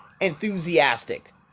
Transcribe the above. enthusiastic